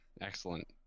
Excellent